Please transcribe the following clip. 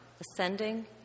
ascending